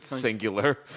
singular